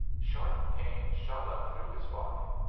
sharp pains shot up through his body,